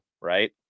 right